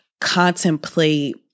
contemplate